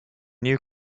new